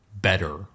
better